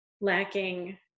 lacking